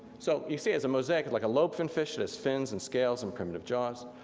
so you see as a mosaic like a lobe-finned fish, it has fins and scales and primitive jaws.